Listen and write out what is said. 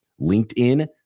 LinkedIn